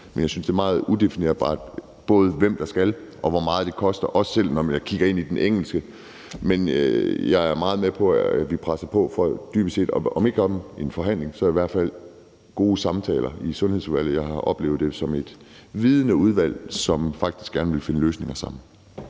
Men jeg synes, det er meget udefinerbart, både hvem der skal have det, og hvor meget det koster, også når man kigger på det i forhold til den engelske situation. Jeg er meget med på, at vi presser på for at få om ikke en forhandling så i hvert fald gode samtaler i Sundhedsudvalget. Jeg har oplevet udvalget som et vidende udvalg, som faktisk gerne vil finde løsninger sammen.